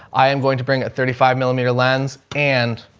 i am going to bring a thirty five millimeter lens and